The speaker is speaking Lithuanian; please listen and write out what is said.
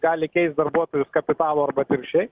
gali keist darbuotojus kapitalu arba atvirkščiai